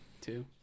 two